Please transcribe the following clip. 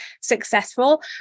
successful